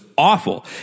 awful